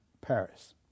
Paris